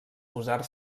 posar